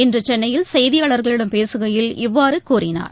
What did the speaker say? இன்று சென்னையில் செய்தியாளர்களிடம் பேசுகையில் இவ்வாறு கூறினார்